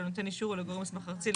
לנותן אישור או לגורם מוסמך ארצי,